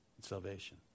salvation